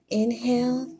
inhale